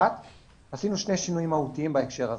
עשינו שני שינויים מהותיים בהקשר הזה.